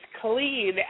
clean